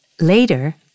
Later